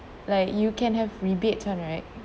like you can have rebates [one] right